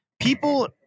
People